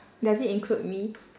does it include me